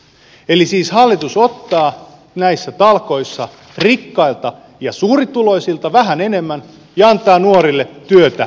eli siis hallitus ottaa näissä talkoissa rikkailta ja suurituloisilta vähän enemmän ja antaa nuorille työtä ja koulutusta